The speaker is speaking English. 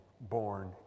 born